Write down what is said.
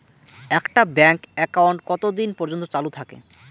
একটা bank account কতদিন পর্যন্ত চালু থাকে?